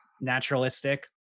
naturalistic